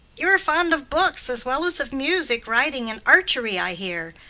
you are fond of books as well as of music, riding, and archery, i hear,